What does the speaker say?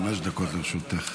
חמש דקות לרשותך.